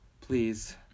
Please